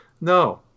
No